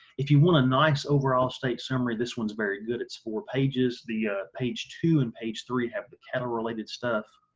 if you want a nice overall state summary this one's very good it's four pages the page two and page three have the cattle related stuff.